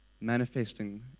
manifesting